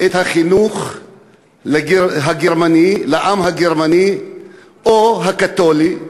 את החינוך הגרמני לעם הגרמני או הקתולי,